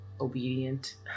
obedient